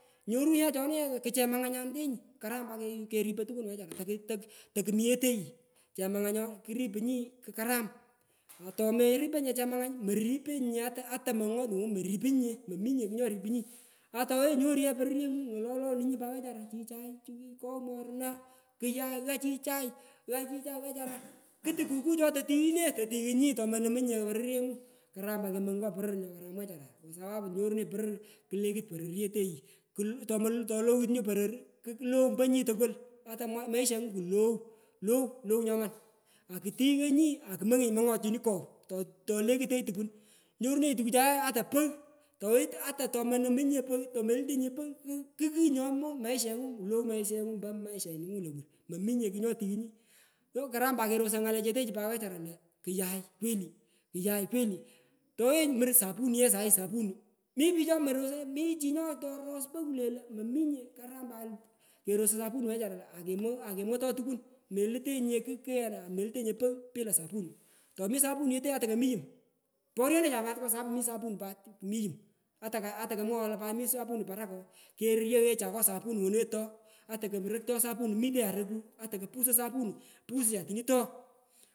Nyoru ye choni kichemanganyantenyi karam pat keripoi tukun wechara ake takumi yeteyi chemanga nyo kotokuripnyi kukaram atomeriponyi chemangany meripenyi nye ata ata mongot tongu moripunyinye mominye kugh nyorpuny atowenyi nyoru yr pororyengu ngolononunyi pat wechara chichay chu kikogh morurana chichay gha chichay wechara, kutukutu chototighune kitighunyi tomolumunyinye pororyengu karam pat kemongoi ngo poror nyo karam wechara kwa sapu nyorunenyi poror kulekut nyi poror mpo yeteyi tom tolowit nyi poror kulow ompo nyi tukul ata ma mashengu low, low nyoman akutinginy aimongenyi mongot nyini kogh tolekutech tukun nyorunenyi tukuchae ye ata pogh ata tomanamunginye tomelutenyinye pogh ku kukugh nyomo maishengu low maishengu mpo maisha nyengu lowur mominye kugh nyotingle nyi so karam pat kersoi ngale chetechu pat wechara lo kuyay kweli ikuyay kwelii mwoghenyi mpaka sapuni ye sapuni mi pich chomerosoi mi chii nyoturus pogh kule lo mominye kukaram pat kerosoi sapuni wechara akemwoto tukun melutenyinye kugh kina amelutenyi pila sapuni tomi sapuni yete ata komi yum porye necha pat kwa sapu mi sapuni pat mi yum atako sapuni woni wetuto atakoroktoi sapuni miteha rokuu ata kopusi sapuni pusocha nyini to.